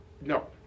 no